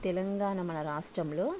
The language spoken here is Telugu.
తెలంగాణ మన రాష్ట్రంలో